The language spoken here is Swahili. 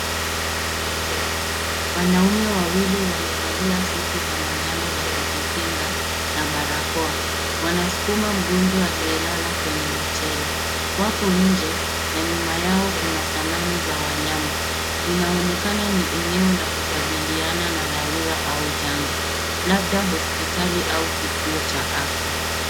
Wanaume wawili wamevalia suti za manjano za kujikinga na barakoa. Wanasukuma mgonjwa aliyelala kwenye machela. Wapo nje na nyuma yao kuna sanamu za wanyama. Inaonekana ni eneo la kukabiliana na dharura au janga labda hospitali au kituo cha afya.